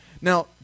Now